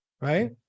right